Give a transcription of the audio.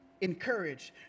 encouraged